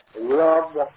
Love